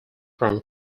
from